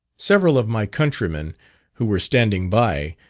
several of my countrymen who were standing by,